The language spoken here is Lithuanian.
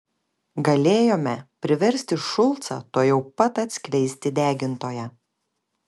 galėjome priversti šulcą tuojau pat atskleisti degintoją